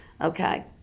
Okay